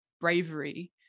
bravery